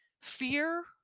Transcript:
Fear